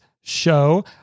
show